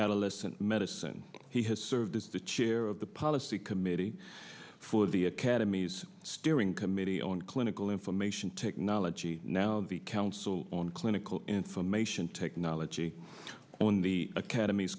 adolescent medicine he has served as the chair of the policy committee for the academy's steering committee on clinical information technology now the council on clinical information technology on the academ